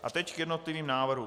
A teď k jednotlivým návrhům.